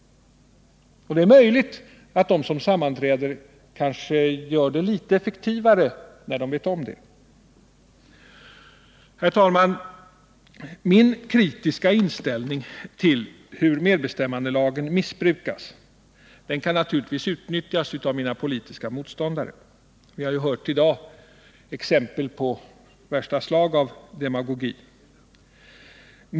Det är möjligt att de som sammanträder gör det litet effektivare när de känner till det förhållandet. Herr talman! Min kritiska inställning till hur medbestämmandelagen missbrukas kan naturligtvis utnyttjas av mina politiska motståndare. Vi har ju i dag hört exempel på demagogi av värsta slag.